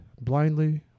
blindly